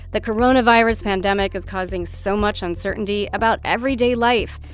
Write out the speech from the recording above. the coronavirus pandemic is causing so much uncertainty about everyday life.